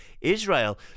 Israel